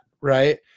Right